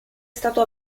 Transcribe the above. stato